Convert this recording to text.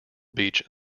beach